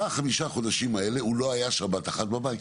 ובחודשים האלה הוא לא היה שבת אחת בבית.